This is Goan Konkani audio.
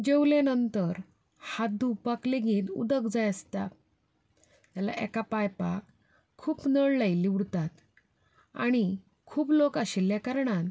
जेवले उपरांत हात धुवपाक लेगीत उदक जाय आसता नाजाल्यार एका पायपाक खूब नळ लायिल्ले आसतात आनी खूब लोक आशिल्ल्या कारणान